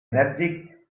enèrgic